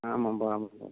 ஆமாம்பா ஆமாம்பா